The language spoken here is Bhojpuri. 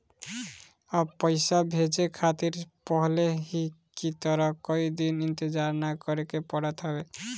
अब पइसा भेजे खातिर पहले की तरह कई दिन इंतजार ना करेके पड़त हवे